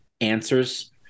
answers